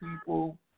people